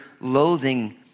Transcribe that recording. loathing